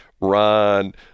Ron